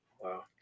Wow